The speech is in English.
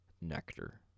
nectar